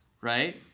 right